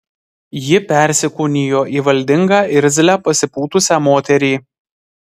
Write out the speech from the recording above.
ji persikūnijo į valdingą irzlią pasipūtusią moterį